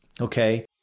okay